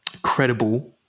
Credible